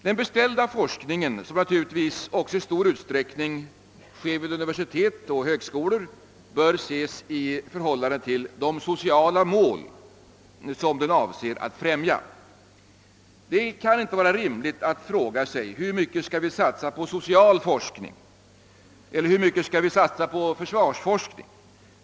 Den beställda forskningen, som naturligtvis också i stor utsträckning sker vid universitet och högskolor, bör ses i relation till de sociala mål som den avser att främja. Det kan inte vara rimligt att fråga sig: Hur mycket skall vi satsa på social forskning? Hur mycket skall vi satsa på försvarsforskning?